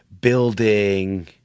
building